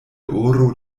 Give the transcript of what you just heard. oro